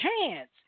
chance